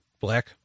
Black